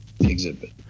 exhibit